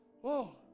Whoa